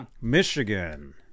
Michigan